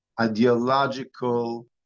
ideological